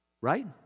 Right